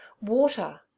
Water